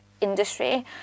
industry